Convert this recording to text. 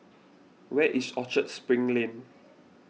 where is Orchard Spring Lane